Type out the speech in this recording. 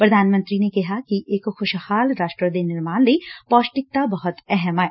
ਪੁਧਾਨ ਮੰਤਰੀ ਨੇ ਕਿਹਾ ਕਿ ਇਕ ਖੁਸ਼ਹਾਲ ਰਾਸ਼ਟਰ ਦੇ ਨਿਰਮਾਣ ਲਈ ਪੋਸ਼ਟਿਕਤਾ ਬਹੁਤ ਅਹਿਮ ਏ